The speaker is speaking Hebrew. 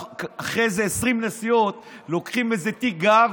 אחרי איזה 20 נסיעות, לוקחים איזה תיק גב,